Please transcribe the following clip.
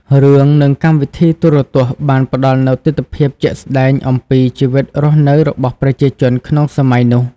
រឿង និងកម្មវិធីទូរទស្សន៍បានផ្តល់នូវទិដ្ឋភាពជាក់ស្តែងអំពីជីវិតរស់នៅរបស់ប្រជាជនក្នុងសម័យនោះ។